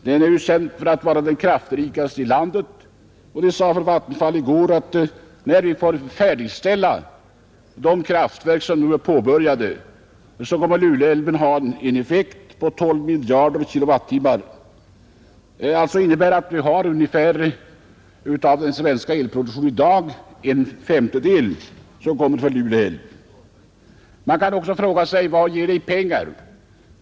Den är känd för att vara den kraftrikaste i landet. Vattenfall sade i går att när vi får färdigställa de kraftverk som nu är påbörjade, kommer Luleälven att ge en effekt på 12 miljarder kWh. Det innebär alltså att en femtedel av den svenska elproduktionen i dag kommer från Luleälven. Man kan också fråga vad det betyder i pengar.